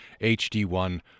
HD1